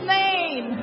name